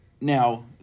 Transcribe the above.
Now